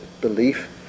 belief